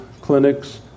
clinics